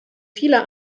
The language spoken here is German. vieler